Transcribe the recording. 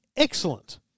Excellent